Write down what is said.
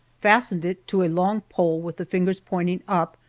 fastened it to a long pole with the fingers pointing up,